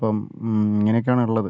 അപ്പം ഇങ്ങനെയൊക്കെയാണുള്ളത്